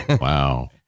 Wow